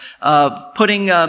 putting